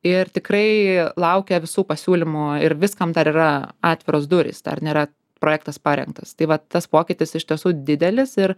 ir tikrai laukia visų pasiūlymų ir viskam dar yra atviros durys dar nėra projektas parengtas tai vat tas pokytis iš tiesų didelis ir